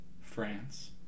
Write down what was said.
France